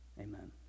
Amen